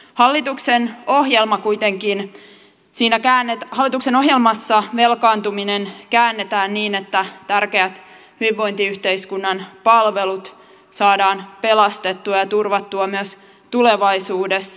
hallituksen ohjelma kuitenkin siinäkään että hallituksen ohjelmassa velkaantuminen käännetään niin että tärkeät hyvinvointiyhteiskunnan palvelut saadaan pelastettua ja turvattua myös tulevaisuudessa